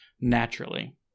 naturally